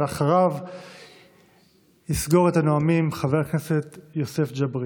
אחריו יסגור את הנואמים חבר הכנסת יוסף ג'בארין.